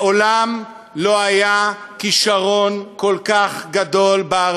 מעולם לא היה כישרון כל כך גדול כמו של